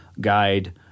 guide